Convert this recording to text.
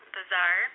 Bazaar